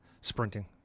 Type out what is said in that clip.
sprinting